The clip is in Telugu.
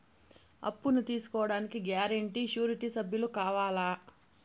అప్పును తీసుకోడానికి గ్యారంటీ, షూరిటీ సభ్యులు కావాలా?